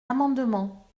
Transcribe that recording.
amendements